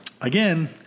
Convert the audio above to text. again